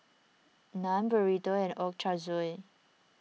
Naan Burrito and Ochazuke